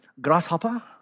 grasshopper